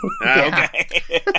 Okay